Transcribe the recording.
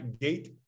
gate